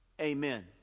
Amen